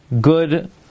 good